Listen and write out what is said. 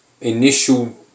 initial